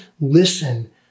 listen